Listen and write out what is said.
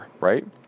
right